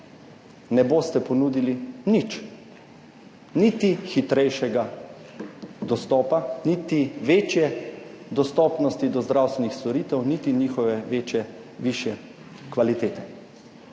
ne boste ponudili nič, niti hitrejšega dostopa, niti večje dostopnosti do zdravstvenih storitev, niti njihove večje, višje kvalitete.